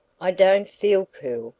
i don't feel cool.